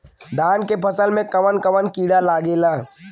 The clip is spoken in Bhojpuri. धान के फसल मे कवन कवन कीड़ा लागेला?